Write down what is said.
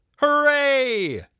Hooray